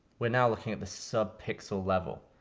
we're now looking at the sub-pixel level.